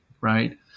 right